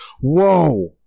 Whoa